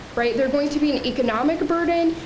right. they're going to be an economic burden,